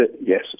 Yes